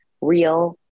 real